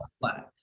flat